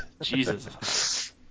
Jesus